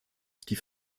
die